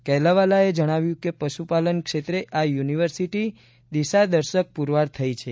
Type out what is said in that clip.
કેલાવાલા જણાવ્યું હતું કે પશુપાલન ક્ષેત્રે આ યુનિવર્સિટી દિશા દર્શક પૂરવાર થઈ છે